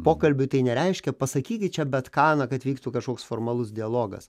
pokalbiui tai nereiškia pasakykit čia bet ką na kad vyktų kažkoks formalus dialogas